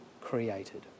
created